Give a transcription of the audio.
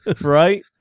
Right